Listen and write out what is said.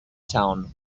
town